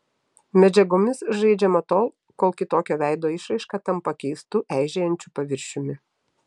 medžiagomis žaidžiama tol kol kitokio veido išraiška tampa keistu eižėjančiu paviršiumi